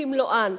במלואן,